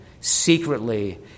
secretly